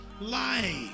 life